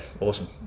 awesome